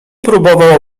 próbował